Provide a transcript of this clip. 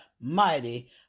mighty